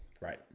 Right